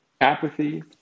apathy